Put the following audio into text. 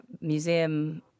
museum